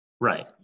Right